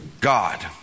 God